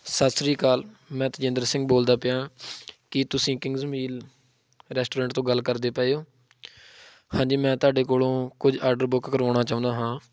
ਸਤਿ ਸ਼੍ਰੀ ਅਕਾਲ ਮੈਂ ਤਜਿੰਦਰ ਸਿੰਘ ਬੋਲਦਾ ਪਿਆ ਕੀ ਤੁਸੀਂ ਕਿੰਗ ਜਮੀਲ ਰੈਸਟੋਰੈਂਟ ਤੋਂ ਗੱਲ ਕਰਦੇ ਪਏ ਹੋ ਹਾਂਜੀ ਮੈਂ ਤੁਹਾਡੇ ਕੋਲੋਂ ਕੁਝ ਆਡਰ ਬੁੱਕ ਕਰਵਾਉਣਾ ਚਾਹੁੰਦਾ ਹਾਂ